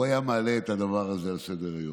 הוא היה מעלה את הדבר הזה על סדר-היום.